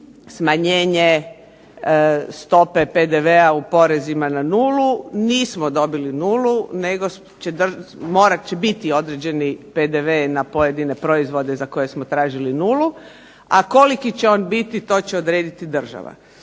smanjenje stope PDV-a u porezima na nulu. Nismo dobili nulu nego morat će biti određeni PDV na pojedine proizvode za koje smo tražili nulu. A koliki će on biti to će odrediti država.